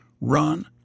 run